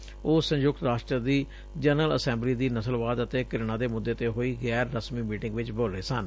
ਊਹ ਸੰਯੁਕਤ ਰਾਸਟਰ ਦੀ ਜਨਰਲ ਅਸੈਬਲੀ ਦੀ ਨਸਲਵਾਦ ਅਤੇ ਘ੍ਰਿਣਾ ਦੇ ਮੁੱਦੇ ਤੇ ਹੋਈ ਗੈਰ ਰਸਮੀ ਮੀਟਿੰਗ ਵਿਚ ਬੋਲ ਰਹੇ ਸਨ